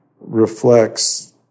reflects